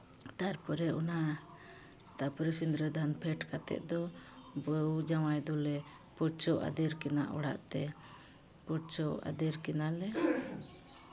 ᱛᱟᱨᱯᱚᱨᱮ ᱚᱱᱟ ᱛᱟᱨᱯᱚᱨᱮ ᱥᱤᱸᱫᱽᱨᱟᱹᱫᱟᱱ ᱯᱷᱮᱰ ᱠᱟᱛᱮᱫ ᱫᱚ ᱵᱟᱹᱦᱩ ᱡᱟᱶᱟᱭ ᱫᱚᱞᱮ ᱯᱟᱹᱲᱪᱟᱹ ᱟᱫᱮᱨ ᱠᱤᱱᱟ ᱚᱲᱟᱜ ᱛᱮ ᱯᱟᱹᱲᱪᱟᱹᱣ ᱟᱫᱮᱨ ᱠᱤᱱᱟᱞᱮ